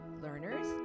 learners